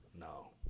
No